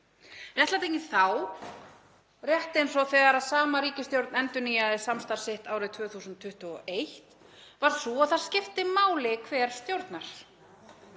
Réttlætingin þá, rétt eins og þegar sama ríkisstjórn endurnýjaði samstarf sitt árið 2021, var sú að það skipti máli hver stjórnar,